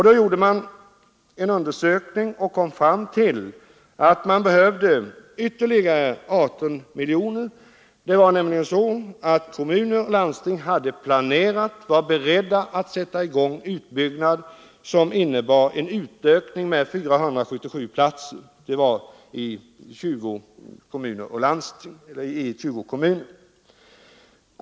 Då gjorde man en undersökning och kom fram till att man behövde ytterligare 18 miljoner. Kommuner och landsting hade nämligen planerat och var beredda att sätta i gång en utbyggnad, som innebar en utökning med 477 platser i 20 kommuner.